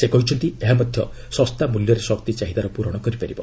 ସେ କହିଛନ୍ତି ଏହା ମଧ୍ୟ ଶସ୍ତା ମୂଲ୍ୟରେ ଶକ୍ତି ଚାହିଦାର ପୂରଣ କରିପାରିବ